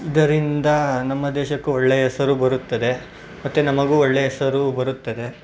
ಇದರಿಂದ ನಮ್ಮ ದೇಶಕ್ಕೂ ಒಳ್ಳೆ ಹೆಸರು ಬರುತ್ತದೆ ಮತ್ತು ನಮಗೂ ಒಳ್ಳೆ ಹೆಸರು ಬರುತ್ತದೆ